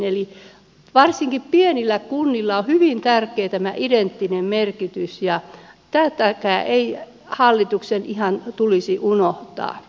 eli varsinkin pienissä kunnissa on hyvin tärkeä tämä identiteetin merkitys ja tätäkään ei hallituksen ihan tulisi unohtaa